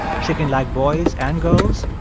she can like boys and girls.